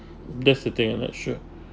that's the thing I'm not sure